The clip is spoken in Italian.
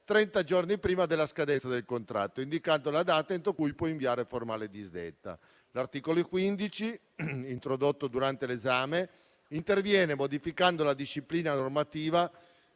giorni prima della scadenza del contratto, indicando la data entro cui può inviare formale disdetta. L'articolo 15, introdotto durante l'esame, interviene modificando la disciplina normativa